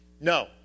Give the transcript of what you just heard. No